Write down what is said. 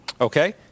Okay